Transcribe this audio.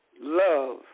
love